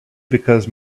because